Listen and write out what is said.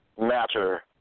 matter